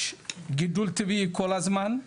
יש גידול טבעי כל הזמן,